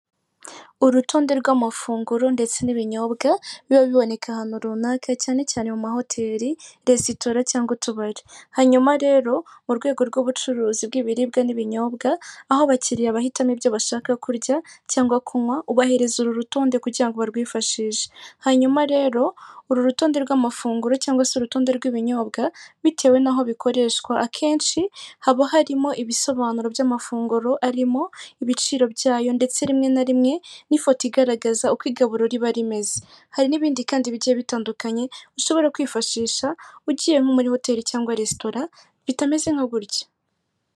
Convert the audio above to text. Urutonde rw'amafunguro ndetse n'ibinyobwa, biba biboneka ahantu runaka cyane cyane mu mahoteri, resitora cyangwa utubari. Hanyuma rero mu rwego rw'ubucuruzi bw'ibiribwa n'ibinyobwa, aho abakiriya bahitamo ibyo bashaka kurya cyangwa kunywa, ubahereza uru rutonde kugira ngo barwifashishe. Hanyuma rero, uru rutonde rw'amafunguro cyangwa se urutonde rw'ibinyobwa, bitewe n'aho bikoreshwa akenshi haba harimo ibisobanuro by'amafunguro arimo, ibiciro byayo ndetse rimwe na rimwe n'ifoto igaragaza uko igaburo riba rimeze, hari n'ibindi kandi bigiye bitandukanye, ushobora kwifashisha ugiye nko muri hoteli cyangwa resitora bitameze nka gutya.